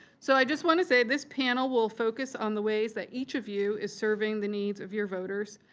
so, i just wanted to say, this panel will focus on the ways that each of you is serving the needs of your voters,